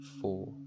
four